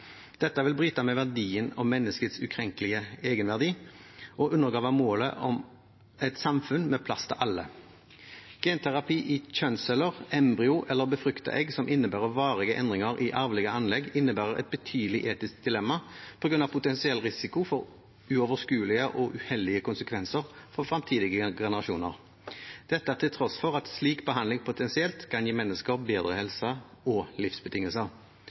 Dette vil bryte med verdien om menneskets ukrenkelige egenverdi og undergrave målet om et samfunn med plass til alle. Genterapi i kjønnsceller, embryo eller befruktede egg som innebærer varige endringer i arvelige anlegg, innebærer et betydelig etisk dilemma på grunn av potensiell risiko for uoverskuelige og uheldige konsekvenser for fremtidige generasjoner – dette til tross for at slik behandling potensielt kan gi mennesker bedre helse og livsbetingelser.